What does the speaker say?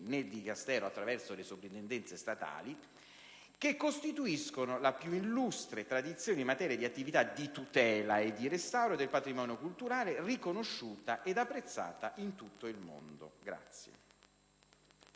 nel Dicastero attraverso le Sovrintendenze statali, che costituiscono la più illustre tradizione in materia di attività di tutela e di restauro del patrimonio culturale, riconosciuta ed apprezzata in tutto il mondo.